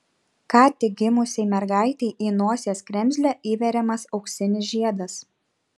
ką tik gimusiai mergaitei į nosies kremzlę įveriamas auksinis žiedas